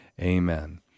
Amen